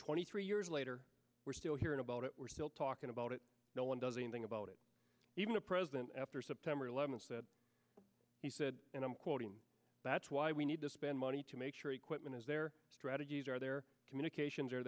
twenty three years later we're still hearing about it we're still talking about it no one does anything about it even the president after september eleventh said he and i'm quoting that's why we need to spend money to make sure equipment is there strategies are there communications are